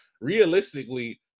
realistically